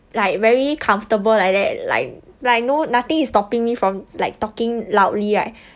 like very comfortable like that like like no nothing is stopping me from like talking loudly right